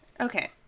Okay